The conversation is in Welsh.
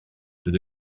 dydw